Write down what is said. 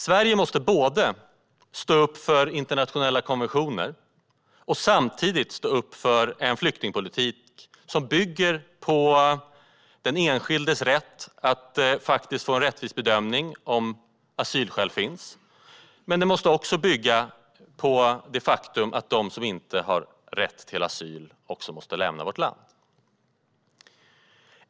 Sverige måste både stå upp för internationella konventioner och stå upp för en flyktingpolitik som bygger på den enskildes rätt till en rättvis bedömning av om asylskäl finns. Men den måste också bygga på det faktum att de som inte har rätt till asyl också måste lämna vårt land.